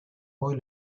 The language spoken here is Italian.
poi